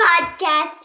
podcast